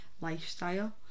lifestyle